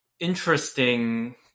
Interesting